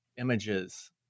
images